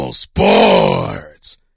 Sports